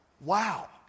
Wow